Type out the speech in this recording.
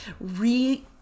re